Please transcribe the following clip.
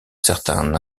certain